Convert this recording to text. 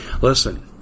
Listen